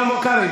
שלמה קרעי.